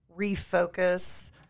refocus